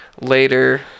later